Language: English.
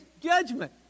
judgment